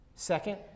Second